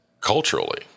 culturally